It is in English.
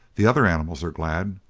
the other animals are glad,